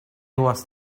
was